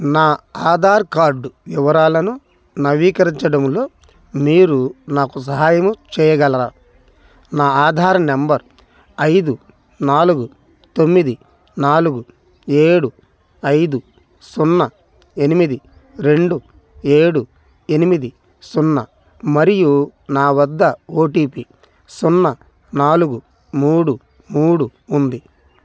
నా ఆధార్ కార్డ్ వివరాలను నవీకరించడంలో మీరు నాకు సహాయము చెయ్యగలరా నా ఆధార్ నంబర్ ఐదు నాలుగు తొమ్మిది నాలుగు ఏడు ఐదు సున్నా ఎనిమిది రెండు ఏడు ఎనిమిది సున్నా మరియు నా వద్ద ఓటిపి సున్నా నాలుగు మూడు మూడు ఉంది